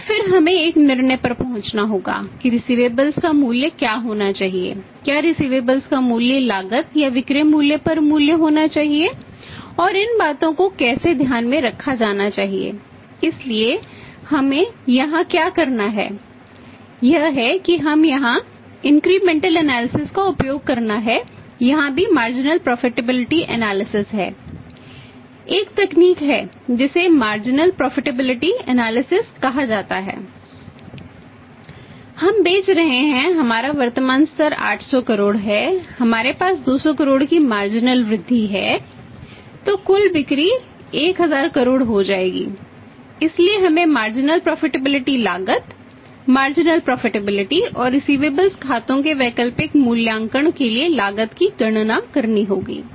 और फिर हमें एक निर्णय पर पहुंचना होगा कि रिसिवेबल्स खातों के वैकल्पिक मूल्यांकन के लिए लागत की गणना करनी होगी